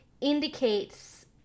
indicates